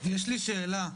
לי שאלה,